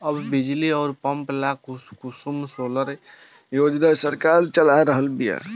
अब बिजली अउर पंप ला कुसुम सोलर योजना सरकार चला रहल बिया